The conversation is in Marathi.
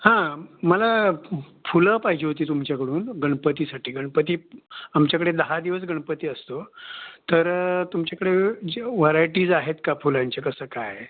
हां मला फुलं पाहिजे होती तुमच्याकडून गणपतीसाठी गणपती आमच्याकडे दहा दिवस गणपती असतो तर तुमच्याकडे म्हणजे व्हरायटीज आहेत का फुलांच्या कसं काय आहे